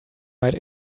might